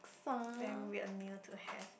very weird meal to have